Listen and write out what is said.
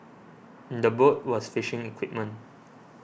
in the boat was fishing equipment